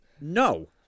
No